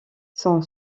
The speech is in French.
son